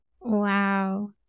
Wow